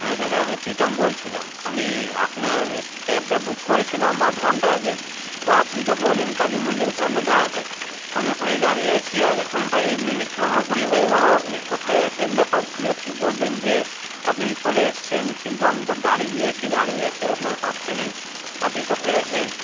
হ্যাঁ দাদা আমি প্রীতম বলছিলাম আমি আপনার ক্যাবটা বুক করেছিলাম আধ ঘণ্টা আগে তো আপনি তো বললেন কালী মন্দিরের সামনে দাঁড়াতে আমি ওখানেই দাঁড়িয়ে আছে আর এখন প্রায় মিনিট পনেরো কুড়ি হয়ে গেল আপনি কোথায় আছেন ব্যাপার কী আপনি বললেন যে আপনি চলে এসছেন কিন্তু আমি তো দাঁড়িয়েই আছি দাঁড়িয়েই আছি আপনার পাত্তা নেই আপনি কোথায় আছেন